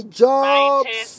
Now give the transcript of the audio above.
jobs